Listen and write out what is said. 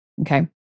Okay